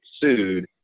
sued